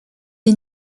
est